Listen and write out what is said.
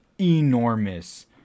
enormous